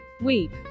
weep